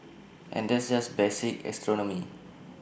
and that's just basic astronomy